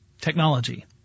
technology